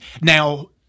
Now